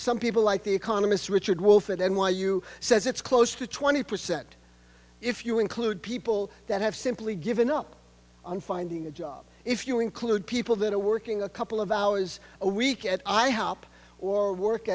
some people like the economist richard wolffe at n y u says it's close to twenty percent if you include people that have simply given up on finding a job if you include people that are working a couple of hours a week at i hop or work